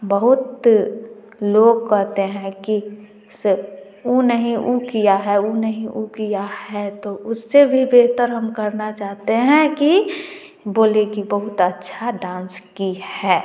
बहुत लोग कहते हैं कि से उ नहीं उ किया है उ नहीं उ किया है तो उससे भी बेहतर हम करना चाहते हैं कि बोले कि बहुत अच्छा डांस की है